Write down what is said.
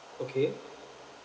okay